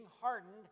hardened